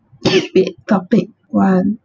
debate topic one